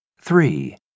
Three